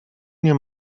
nie